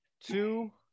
two